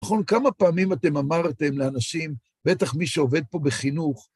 נכון? כמה פעמים אתם אמרתם לאנשים, בטח מי שעובד פה בחינוך,